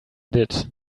did